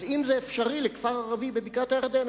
אז אם זה אפשרי לכפר ערבי בבקעת-הירדן,